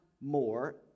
more